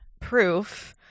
proof